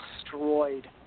destroyed